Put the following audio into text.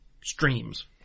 streams